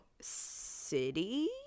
City